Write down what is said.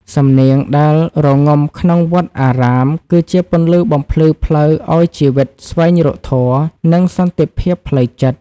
សំនៀងដែលរងំក្នុងវត្តអារាម គឺជាពន្លឺបំភ្លឺផ្លូវឱ្យជីវិតស្វែងរកធម៌ និងសន្តិភាពផ្លូវចិត្ត។